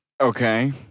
Okay